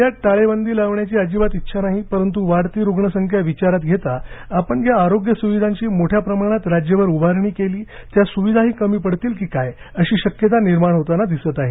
राज्यात टाळेबंदी लावण्याची अजिबात इच्छा नाही परंतु वाढती रुग्णसंख्या विचारात घेता आपण ज्या आरोग्य सुविधांची मोठ्याप्रमाणात राज्यभर उभारणी केली त्या स्विधाही कमी पडतील की काय अशी शक्यता निर्माण होतांना दिसत आहे